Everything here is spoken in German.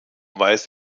weiß